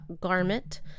garment